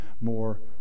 more